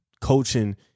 coaching